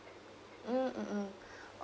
mm mm mm